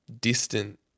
distant